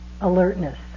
alertness